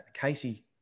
Casey